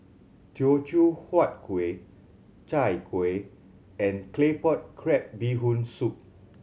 Teochew Huat Kuih Chai Kueh and Claypot Crab Bee Hoon Soup